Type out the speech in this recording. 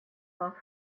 off